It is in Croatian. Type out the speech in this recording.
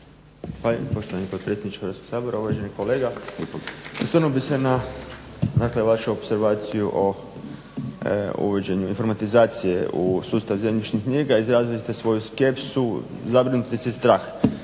(SDP)** Poštovani potpredsjedniče Hrvatskog sabora, uvaženi kolega. Osvrnuo bih se na, dakle vašu opservaciju o uvođenju informatizacije u sustav zemljišnih knjiga. Izrazili ste svoju skepsu, zabrinutost i strah.